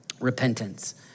repentance